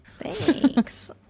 Thanks